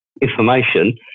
information